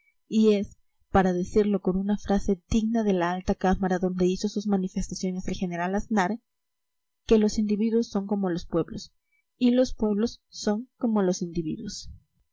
y es para decirlo con una frase digna de la alta cámara donde hizo sus manifestaciones el general aznar que los individuos son como los pueblos y los pueblos son como los individuos